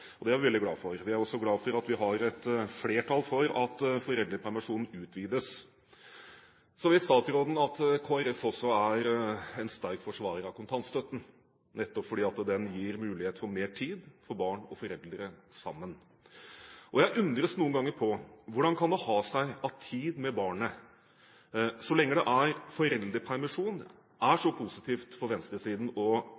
og det er vi veldig glad for. Vi er også glad for at vi har et flertall for at foreldrepermisjonen utvides. Så vet statsråden at Kristelig Folkeparti også er en sterk forsvarer av kontantstøtten, nettopp fordi den gir mulighet for mer tid for barn og foreldre sammen. Og jeg undres noen ganger på: Hvordan kan det ha seg at tid med barnet så lenge det er foreldrepermisjon, er